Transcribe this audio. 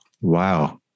Wow